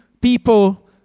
people